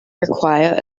require